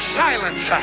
silence